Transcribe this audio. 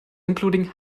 including